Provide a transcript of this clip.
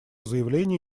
заявление